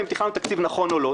האם תכננו תקציב נכון או לא.